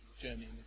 journey